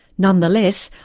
nonetheless,